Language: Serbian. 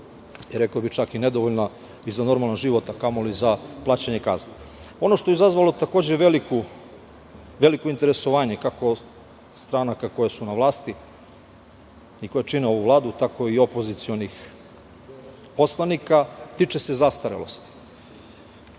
rekao bih čak i nedovoljna i za normalan život, a kamoli za plaćanje kazne. Ono što je takođe izazvalo veliko interesovanje, kako stranaka koje su na vlasti i koje čine ovu Vladu, tako i opozicionih poslanika, tiče se zastarelosti.